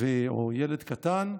או ילד קטן,